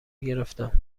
گرفتن